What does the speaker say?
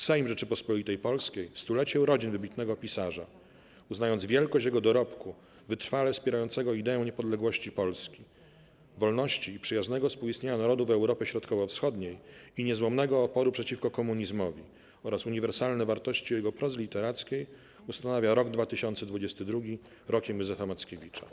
Sejm Rzeczypospolitej Polskiej w stulecie urodzin wybitnego pisarza - uznając wielkość jego dorobku wytrwale wspierającego idee: niepodległości Polski, wolności i przyjaznego współistnienia narodów Europy Środkowo-Wschodniej i niezłomnego oporu przeciwko komunizmowi, oraz uniwersalne wartości jego prozy literackiej - ustanawia rok 2022 Rokiem Józefa Mackiewicza”